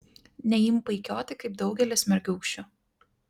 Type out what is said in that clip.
neimk paikioti kaip daugelis mergiūkščių